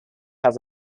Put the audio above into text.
have